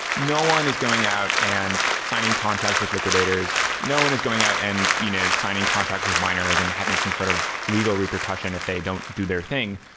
no one is going out and signing contracts with liquidators. no one is going out and you know signing contracts with minors and having some sort of legal repercussion if they don't do their thing.